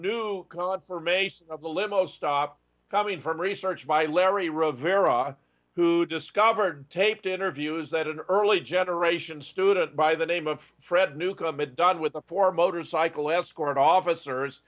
the limo stop coming from research by larry rivera who discovered taped interviews that an early generation student by the name of fred newcomb it done with the four motorcycle escort officers